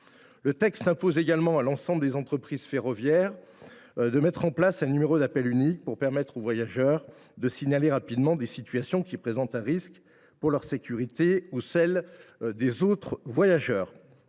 Le texte impose également à l’ensemble des entreprises ferroviaires de mettre en place un numéro d’appel unique pour permettre aux voyageurs de signaler rapidement des situations qui présentent un risque pour leur sécurité ou celle des autres voyageurs.